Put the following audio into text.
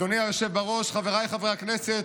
אדוני היושב-ראש, חבריי חברי הכנסת,